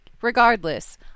regardless